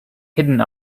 hidden